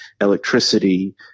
electricity